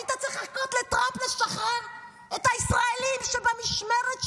היית צריך לחכות לטראמפ לשחרר את הישראלים שבמשמרת שלך,